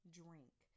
drink